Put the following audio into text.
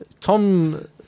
Tom